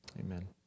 Amen